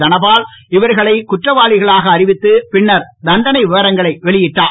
தனபால் இவர்களைக் குற்றவாளிகளாக அறிவித்து பின்னர் தண்டனை விவரங்களை வெளியிட்டார்